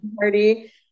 party